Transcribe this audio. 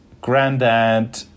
granddad